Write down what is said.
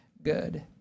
good